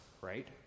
right